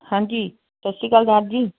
ਹਾਂਜੀ ਸਤਿ ਸ਼੍ਰੀ ਅਕਾਲ ਦਾਰ ਜੀ